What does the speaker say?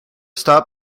stopped